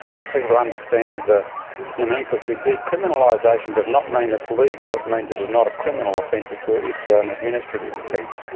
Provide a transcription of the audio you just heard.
to people to understand the nomenclature. decriminalisation does not mean it's legal, it it means it is not a criminal offence, it's ah it's ah an administrative offence,